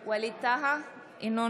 טאהא,